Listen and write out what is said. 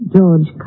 George